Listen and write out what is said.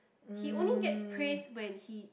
he only gets praised when he